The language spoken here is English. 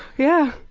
yeah.